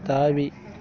தாவி